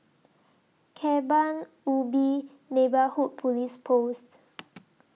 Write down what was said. Kebun Ubi Neighbourhood Police Post